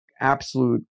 absolute